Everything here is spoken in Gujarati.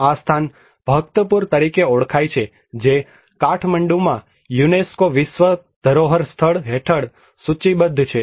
આ સ્થાન ભક્તપુર તરીકે ઓળખાય છે જે કાઠમંડુમાં યુનેસ્કો વિશ્વ ધરોહર સ્થળ હેઠળ સૂચિબદ્ધ છે